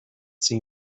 see